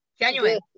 genuine